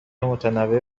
متنوع